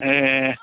ए